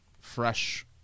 fresh